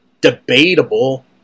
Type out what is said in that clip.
debatable